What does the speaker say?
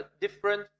different